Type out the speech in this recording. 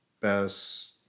Best